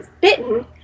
bitten